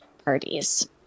parties